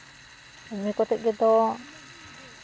ᱮᱢᱱᱤ ᱠᱟᱛᱮᱜ ᱜᱮᱛᱚ